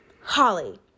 Holly